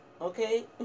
okay